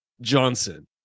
johnson